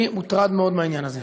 אני מוטרד מאוד מהעניין הזה.